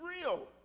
real